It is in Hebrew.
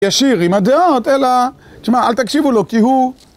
ישיר עם הדעות, אלא... תשמע, אל תקשיבו לו, כי הוא...